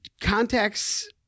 contacts